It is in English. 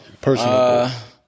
personally